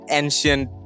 ancient